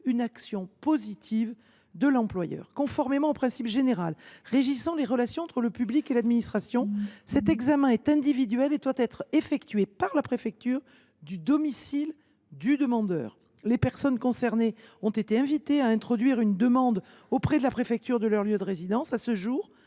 une action positive de l’employeur. Conformément au principe général régissant les relations entre le public et l’administration, cet examen est individuel et doit être effectué par la préfecture du domicile du demandeur. Les personnes concernées ont été invitées à déposer une demande auprès de la préfecture de leur lieu de résidence. À ce jour,